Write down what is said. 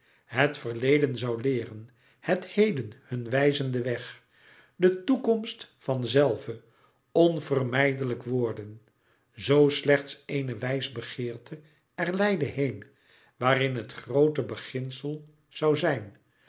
het verleden zoû leeren het heden hun wijzen den weg de toekomst van zelve onvermijdelijk worden zoo slechts eene wijsbegeerte er leidde heen waarin het groote beginsel zoû zijn